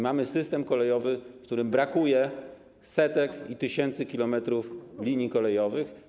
Mamy system kolejowy, w którym brakuje setek i tysięcy kilometrów linii kolejowych.